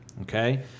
Okay